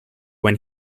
when